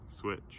switch